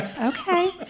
Okay